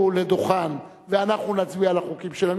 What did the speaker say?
לדוכן ואנחנו נצביע על החוקים שלהם,